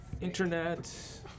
Internet